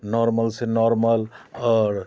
normal से normal और